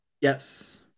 Yes